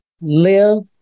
live